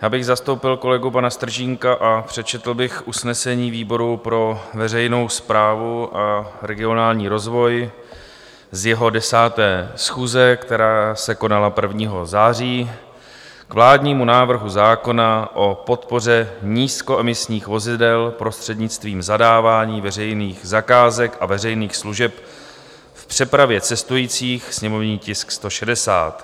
Já bych zastoupil kolegu pana Stržínka a přečetl bych usnesení výboru pro veřejnou správu a regionální rozvoj z jeho 10. schůze, která se konala 1. září, k vládnímu návrhu zákona o podpoře nízkoemisních vozidel prostřednictvím zadávání veřejných zakázek a veřejných služeb v přepravě cestujících, sněmovní tisk 160: